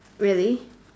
really